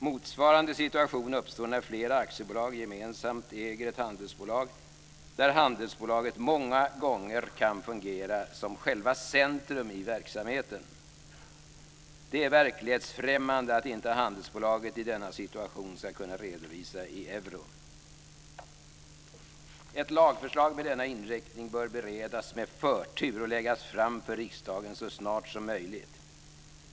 Motsvarande situation uppstår när flera aktiebolag gemensamt äger ett handelsbolag, där handelsbolaget många gånger kan fungera som själva centrum i verksamheten. Det är verklighetsfrämmande att inte handelsbolaget i denna situation ska kunna redovisa i euro. Ett lagförslag med denna inriktning bör beredas med förtur och läggas fram för riksdagen så snart som möjligt.